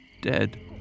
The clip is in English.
dead